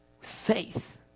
Faith